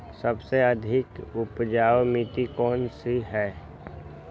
सबसे अधिक उपजाऊ मिट्टी कौन सी हैं?